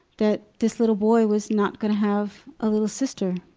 that this little boy was not gonna have a little sister.